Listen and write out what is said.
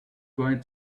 going